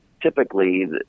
typically